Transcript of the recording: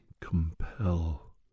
compel